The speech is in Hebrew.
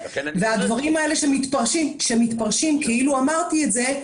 והדברים שמתפרשים כאילו אמרתי את זה,